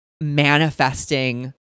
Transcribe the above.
manifesting